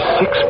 six